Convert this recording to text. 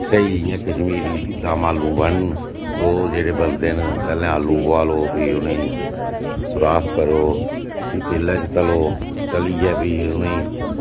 स्हेई इयां कश्मीरी दमआलूं बनन ओह् जेह्ड़े बनदे न पैह्लें आलूं बोआलो फ्ही उ'नेंई सुराख करो फ्ही तेलै च तलो तलियै फ्ही उ'नेंगी